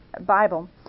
Bible